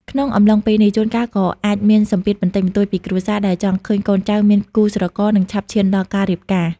ក្នុងកំឡុងពេលនេះ ជួនកាលក៏អាចមានសម្ពាធបន្តិចបន្តួចពីគ្រួសារ ដែលចង់ឃើញកូនចៅមានគូស្រករ និងឆាប់ឈានដល់ការរៀបការ។